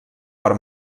per